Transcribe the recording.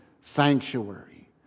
sanctuary